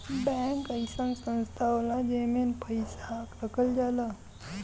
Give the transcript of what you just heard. bank अइसन संस्था होला जेमन पैसा रखल जाला